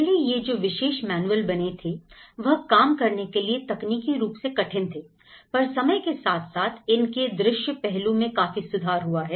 पहले यह जो विशेष मैनुअल बने थे वह काम करने के लिए तकनीकी रूप से कठिन थे पर समय के साथ साथ इनके दृश्य पहलू में काफी सुधार हुआ है